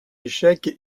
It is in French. échec